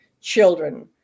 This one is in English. children